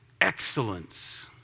excellence